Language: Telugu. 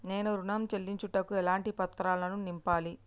నేను ఋణం చెల్లించుటకు ఎలాంటి పత్రాలను నింపాలి?